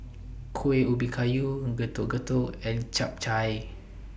Kuih Ubi Kayu Getuk Getuk and Chap Chai